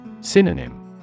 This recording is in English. Synonym